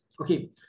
okay